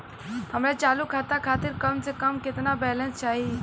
हमरे चालू खाता खातिर कम से कम केतना बैलैंस चाही?